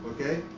okay